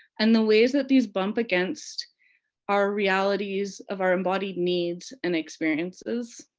and the ways that these bump against our realities of our embodied needs and experience is.